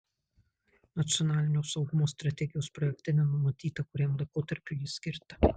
nacionalinio saugumo strategijos projekte nenumatyta kuriam laikotarpiui ji skirta